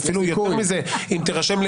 אבל זה ריכוך שמבשר על פיניטה לה קומדיה,